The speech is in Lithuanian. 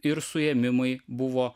ir suėmimai buvo